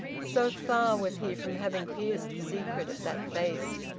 so far was he from having pierced the secret of that face.